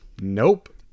Nope